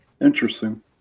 interesting